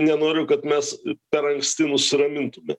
nenoriu kad mes per anksti nusiramintume